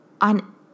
on